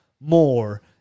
more